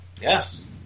yes